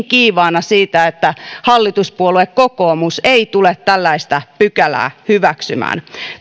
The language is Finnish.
kiivaana siitä että hallituspuolue kokoomus ei tule tällaista pykälää hyväksymään